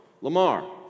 Lamar